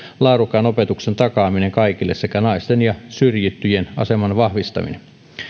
laadukkaan opetuksen takaaminen kaikille sekä naisten ja syrjittyjen aseman vahvistaminen